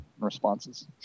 responses